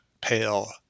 pale